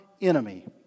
enemy